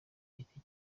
giti